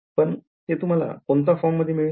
पण ते तुम्हाला कोणत्या form मध्ये मिळेल